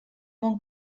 món